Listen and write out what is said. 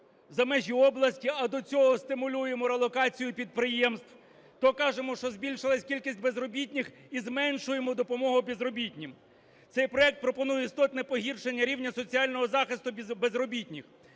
за межі області, а до цього стимулюємо релокацію підприємств, то кажемо, що збільшилася кількість безробітних - і зменшуємо допомогу безробітним. Цей проект пропонує істотне погіршення рівня соціального захисту безробітних.